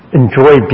enjoy